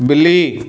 ਬਿੱਲੀ